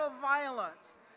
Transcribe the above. violence